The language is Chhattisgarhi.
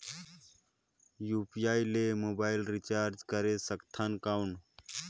यू.पी.आई ले मोबाइल रिचार्ज करे सकथन कौन?